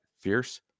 Fierce